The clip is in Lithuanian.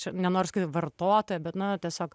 čia nenoriu sakyt vartotoja bet na tiesiog